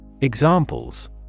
Examples